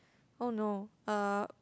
oh no uh